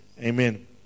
Amen